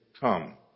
Come